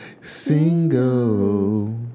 single